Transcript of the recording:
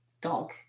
dog